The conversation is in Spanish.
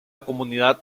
comunidad